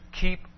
keep